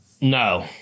No